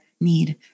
need